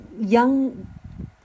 young